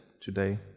today